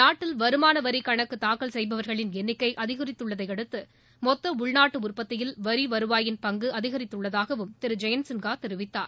நாட்டில் வருமான வரி கணக்கு தாக்கல் செய்பவர்களின் எண்ணிக்கை அதிகரித்துள்ளதையடுத்து மொத்த உள்நாட்டு உற்பத்தியில் வரி வருவாயின் பங்கு அதிகரித்துள்ளதாகவும் திரு ஜெயந்த் சின்ஹா தெரிவித்தார்